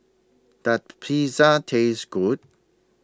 Does Pizza Taste Good